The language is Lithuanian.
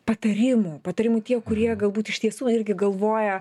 patarimų patarimų tiem kurie galbūt iš tiesų irgi galvoja